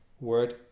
word